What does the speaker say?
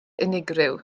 unigryw